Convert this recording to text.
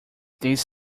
this